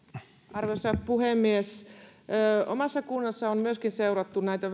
arvoisa puhemies omassa kunnassani on myöskin seurattu näitä